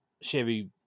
Chevy